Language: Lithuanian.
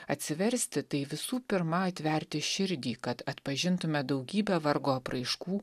atsiversti tai visų pirma atverti širdį kad atpažintume daugybę vargo apraiškų